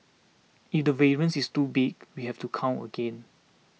if the variance is too big we have to count again